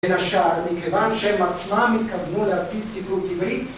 למשל מכיוון שהם עצמם התכוונו להדפיס סיפור טבעי